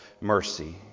mercy